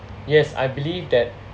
yes I believe that